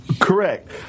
Correct